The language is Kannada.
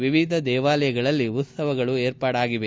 ವಿವಿಧ ದೇವಾಲಯಗಳಲ್ಲಿ ಉತ್ತವಗಳು ಏರ್ಪಾಡಾಗಿವೆ